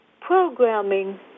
programming